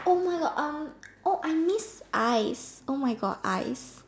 oh my God um I miss ice oh my God ice